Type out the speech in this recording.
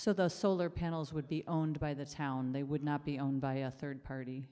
the solar panels would be owned by the town they would not be owned by a third party